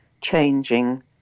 changing